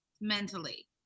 mentally